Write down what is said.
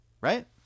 Right